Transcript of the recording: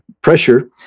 pressure